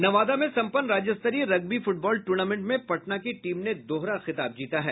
नवादा में सम्पन्न राज्य स्तरीय रग्बी फुटबॉल टूर्नामेंट में पटना की टीम ने दोहरे खिताब जीता है